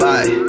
Bye